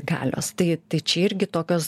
galios tai čia irgi tokios